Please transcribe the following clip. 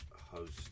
host